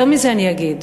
יותר מזה אני אגיד.